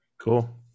cool